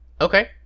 Okay